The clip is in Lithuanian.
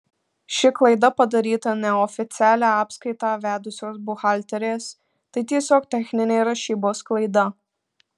ši klaida padaryta neoficialią apskaitą vedusios buhalterės tai tiesiog techninė rašybos klaida